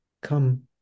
come